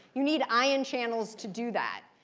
you need ion channels to do that.